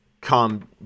come